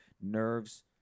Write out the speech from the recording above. nerves